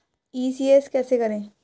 ECS कैसे करें?